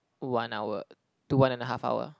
one hour to one and a half hour